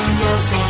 yes